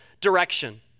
direction